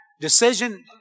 decision